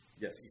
Yes